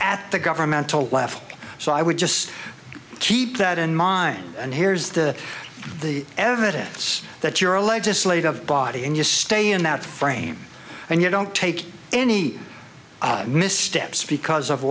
at the governmental left so i would just keep that in mind and here's the the evidence that you're a legislative body and you stay in that frame and you don't take any missteps because of